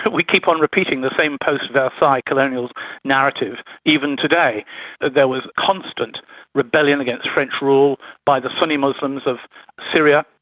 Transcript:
but we keep on repeating the same post versailles colonial narrative, even today there was constant rebellion against french rule by the sunni muslims of syria,